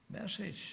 message